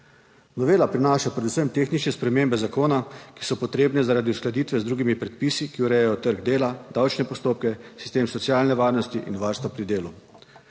Novela prinaša predvsem tehnične spremembe zakona, ki so potrebne zaradi uskladitve z drugimi predpisi, ki urejajo trg dela, davčne postopke, sistem socialne varnosti in varstva pri delu.